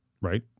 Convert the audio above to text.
right